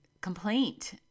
complaint